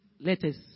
letters